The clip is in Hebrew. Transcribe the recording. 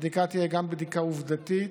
הבדיקה תהיה גם בדיקה עובדתית,